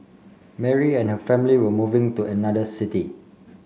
Mary and her family were moving to another city